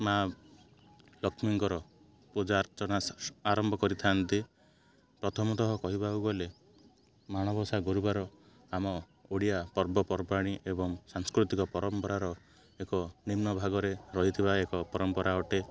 ମାଆ ଲକ୍ଷ୍ମୀଙ୍କର ପୂଜା ଅର୍ଚ୍ଚନା ଆରମ୍ଭ କରିଥାନ୍ତି ପ୍ରଥମତଃ କହିବାକୁ ଗଲେ ମାଣବସା ଗୁରୁବାର ଆମ ଓଡ଼ିଆ ପର୍ବପର୍ବାଣି ଏବଂ ସାଂସ୍କୃତିକ ପରମ୍ପରାର ଏକ ନିମ୍ନ ଭାଗରେ ରହିଥିବା ଏକ ପରମ୍ପରା ଅଟେ